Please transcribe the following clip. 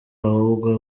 ahubwo